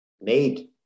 made